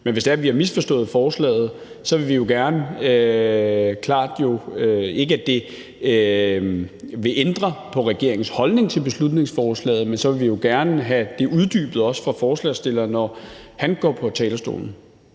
er, at vi har misforstået forslaget, så vil vi jo gerne – ikke at det vil ændre på regeringens holdning til beslutningsforslaget – have det uddybet, også fra forslagsstilleren, når han går på talerstolen.